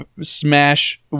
smash